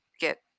get